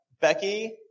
Becky